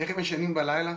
איך הם ישנים בלילה?